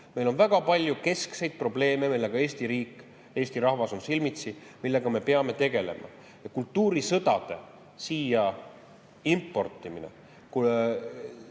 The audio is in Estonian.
Meil on väga palju keskseid probleeme, millega on Eesti riik ja Eesti rahvas silmitsi ja millega me peame tegelema. Kultuurisõdade siia importimine,